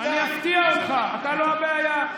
אני אפתיע אותך, אתה לא הבעיה.